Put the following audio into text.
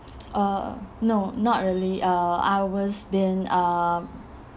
uh no not really uh I was been uh